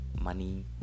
money